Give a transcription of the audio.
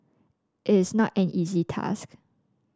it is not an easy task